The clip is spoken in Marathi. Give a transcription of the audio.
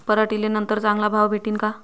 पराटीले नंतर चांगला भाव भेटीन का?